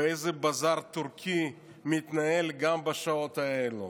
ואיזה בזאר טורקי מתנהל גם בשעות האלה.